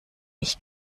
ich